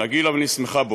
נגילה ונשמחה בו".